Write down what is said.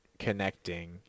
connecting